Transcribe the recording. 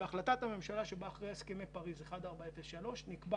בהחלטת הממשלה שבאה אחרי הסכמי פריז 1403 נקבע